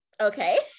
Okay